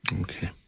Okay